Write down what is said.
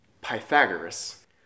Pythagoras